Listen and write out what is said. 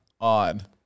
on